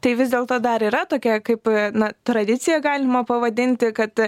tai vis dėlto dar yra tokia kaip na tradicija galima pavadinti kad